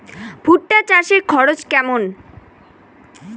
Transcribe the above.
ভুট্টা চাষে খরচ কেমন?